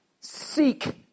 seek